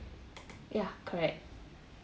ya correct